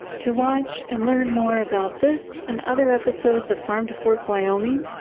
to watch and learn more about this and other episodes of farm to fork wyoming,